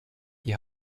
ihr